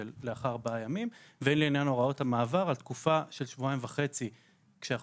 ארבעה ימים והן לעניין הוראות המעבר על תקופה של שבועיים וחצי שהחוק